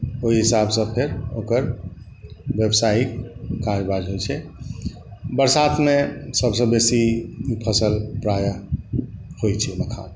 ओहि हिसाबसँ फेर ओकर व्यवसायिक कारोबार होइ छै बरसातमे सभसँ बेसी फसल होइछै प्रायः होइछै मखान